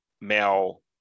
male